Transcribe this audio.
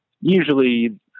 usually